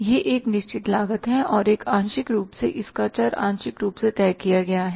यह एक निश्चित लागत है और एक आंशिक रूप से है इसका चर आंशिक रूप से तय किया गया है